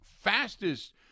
fastest